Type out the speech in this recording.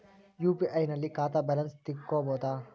UPI ನಲ್ಲಿ ಖಾತಾ balance ತಿಳಕೊ ಬಹುದಾ?